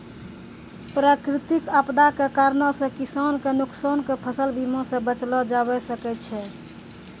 प्राकृतिक आपदा के कारणो से किसान के नुकसान के फसल बीमा से बचैलो जाबै सकै छै